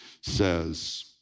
says